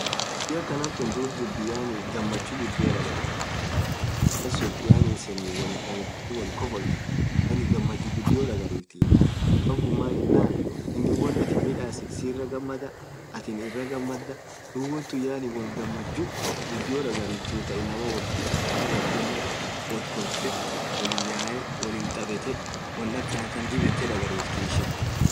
dhubii akhana tun dhub yaani ghamachu ghudio dhagariftu Mal athin abasun iseni wolin thabetaniiii wolin khofolthen yaani ghamachu ghudio dhagariftii abakhun maaan yenan inin wonathin nidhasithu sirra ghamadha atiin irra ghamadha dhub wonthuun yaani won ghamachu ghudio dhagariftu inamaan woth dhufee woth ghamadha with kolfee wolin yaeyha wolin thabethe won akhanathan dhib yethe dhagariftii